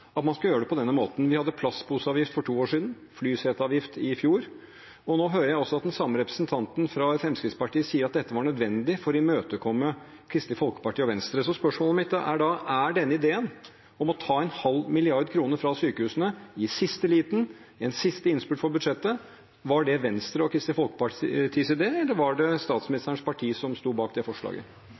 at man skal gjøre det på denne måten. Vi hadde plastposeavgift for to år siden, flyseteavgift i fjor, og nå hører jeg den samme representanten fra Fremskrittspartiet si at dette var nødvendig for å imøtekomme Kristelig Folkeparti og Venstre. Spørsmålet mitt er da: Er denne ideen om å ta 0,5 mrd. kr fra sykehusene – i siste liten, i en siste innspurt for budsjettet – Venstre og Kristelig Folkepartis idé, eller var det statsministerens parti som sto bak det forslaget?